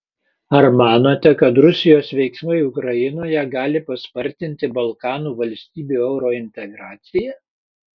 ar manote kad rusijos veiksmai ukrainoje gali paspartinti balkanų valstybių eurointegraciją